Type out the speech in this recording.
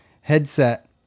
headset